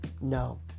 No